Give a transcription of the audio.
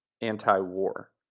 anti-war